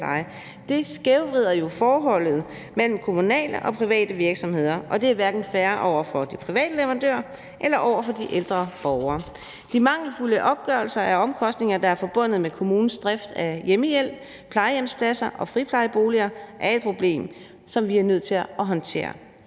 Det skævvrider jo forholdet mellem kommunale og private virksomheder, og det er hverken fair over for de private leverandører eller over for de ældre borgere. De mangelfulde opgørelser af de omkostninger, der er forbundet med kommunens drift af hjemmehjælp, plejehjemspladser og friplejeboliger, er et problem, som vi er nødt til at håndtere,